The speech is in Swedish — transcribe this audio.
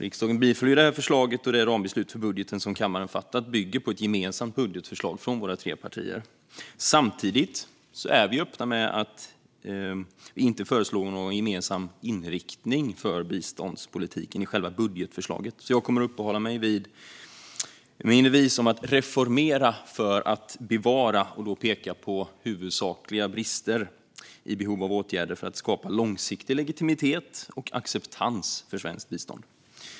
Riksdagen biföll förslaget, och det rambeslut för budgeten som kammaren har fattat bygger på ett gemensamt budgetförslag från våra tre partier. Samtidigt är vi öppna med att vi inte föreslår någon gemensam inriktning för biståndspolitiken i själva budgetförslaget. Jag kommer därför att uppehålla mig vid min devis om att reformera för att bevara och då peka på huvudsakliga brister i behov av åtgärder för att skapa långsiktig legitimitet och acceptans för svenskt bistånd.